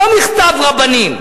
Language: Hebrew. לא מכתב רבנים,